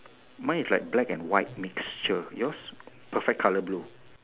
mine is black and white mixture yours perfect colour blue